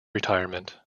retirement